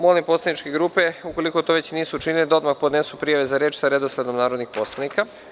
Molim poslaničke grupe, ukoliko to već nisu učinile, da odmah podnesu prijave za reč sa redosledom narodnih poslanika.